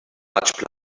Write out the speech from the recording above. large